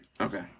Okay